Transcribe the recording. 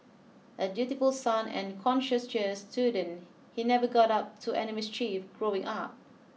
a dutiful son and conscientious student he never got up to any mischief growing up